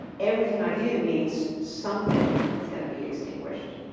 everything i do means something is gonna be extinguished.